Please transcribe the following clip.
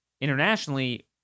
internationally